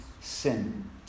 sin